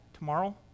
Tomorrow